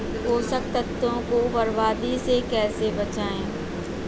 पोषक तत्वों को बर्बादी से कैसे बचाएं?